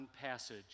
passage